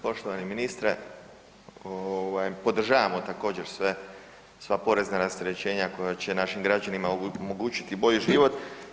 Poštovani ministre, ovaj podržavamo također sve, sva porezna rasterećenja koja će našim građanima omogućiti bolji život.